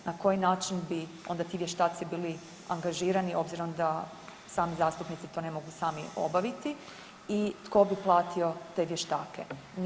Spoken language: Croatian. Na koji način bi onda ti vještaci bili angažirani obzirom da sami zastupnici to ne mogu sami obaviti i tko bi platio te vještake?